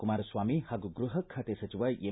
ಕುಮಾರಸ್ವಾಮಿ ಹಾಗೂ ಗೃಹ ಖಾತೆ ಸಚಿವ ಎಂ